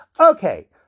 Okay